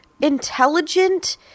intelligent